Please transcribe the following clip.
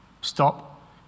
Stop